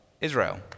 Israel